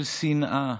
של שנאה,